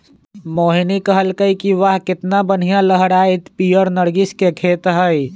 मोहिनी कहलकई कि वाह केतना बनिहा लहराईत पीयर नर्गिस के खेत हई